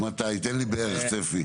תן לי בערך צפי.